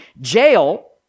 Jail